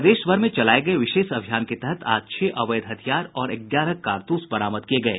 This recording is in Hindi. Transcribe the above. प्रदेशभर में चलाये गये विशेष अभियान के तहत आज छह अवैध हथियार और ग्यारह कारतूस बरामद किये गये